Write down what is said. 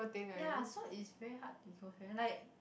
ya so is very hard to close friend like